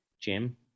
Jim